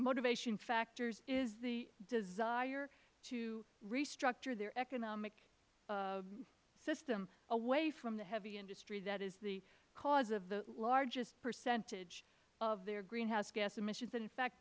motivation factors is the desire to restructure their economic system away from the heavy industry that is the cause of the largest percentage of their greenhouse gas emissions and in fact